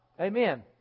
Amen